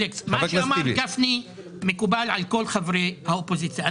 הדברים שאמר גפני מקובלים על כל חברי האופוזיציה.